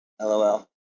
Lol